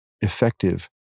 effective